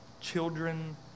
children